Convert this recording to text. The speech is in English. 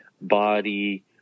body